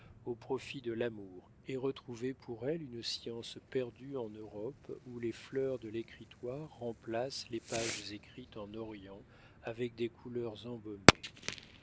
au profit de l'amour et retrouvai pour elle une science perdue en europe où les fleurs de l'écritoire remplacent les pages écrites en orient avec des couleurs embaumées